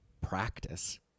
practice